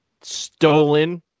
stolen